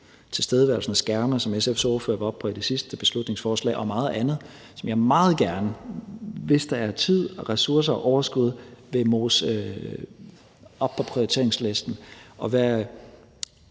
tilstedeværelsen af skærme, som SF's ordfører tog op under det sidste beslutningsforslag, og meget andet, som jeg meget gerne, hvis der er tid og ressourcer og overskud, vil mose op på prioriteringslisten. Det